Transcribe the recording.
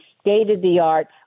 state-of-the-art